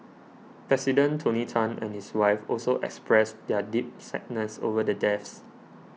President Tony Tan and his wife also expressed their deep sadness over the deaths